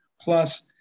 plus